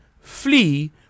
flee